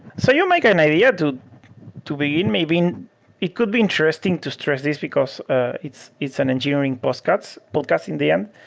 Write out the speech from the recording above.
so you make an idea to to begin. maybe it could be interesting to stress this, because ah it's it's an enduring but podcast in the end.